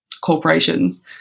corporations